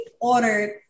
ordered